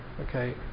Okay